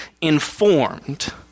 informed